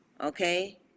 okay